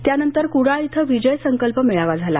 त्यानंतर कुडाळ इथं विजय संकल्प मेळावा झाला